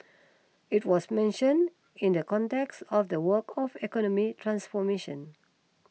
it was mentioned in the context of the work of economic transformation